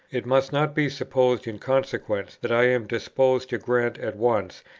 it must not be supposed in consequence that i am disposed to grant at once,